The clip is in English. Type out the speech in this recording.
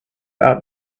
out